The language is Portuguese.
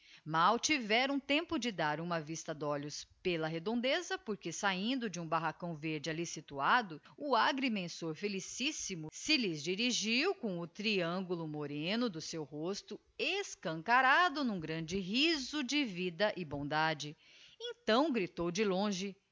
mal tiveram tempo de dar uma vista d'olhos pela redondeza porque sahindo de um barracão verde alh situado o agrimensor felicíssimo se lhes dirigiu com o triangulo moreno do seu rosto escancarado n'um grande riso de vida e bondade então gritou de longe